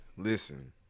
Listen